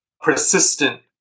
persistent